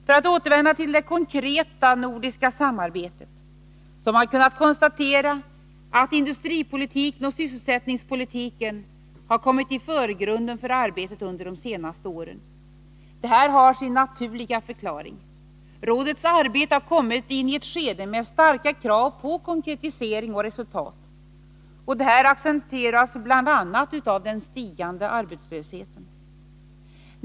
För att återvända till det konkreta nordiska samarbetet så har man kunnat konstatera att industripolitiken och sysselsättningspolitiken har kommit i förgrunden för arbetet i Nordiska rådet under de senaste åren. Detta har sin naturliga förklaring. Rådets arbete har kommit in i ett skede med starka krav på konkretisering och resultat. Detta accentueras bl.a. av den stigande arbetslösheten.